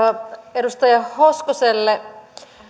edustaja hoskoselle